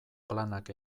planak